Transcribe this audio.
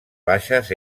baixes